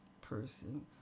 person